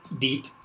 deep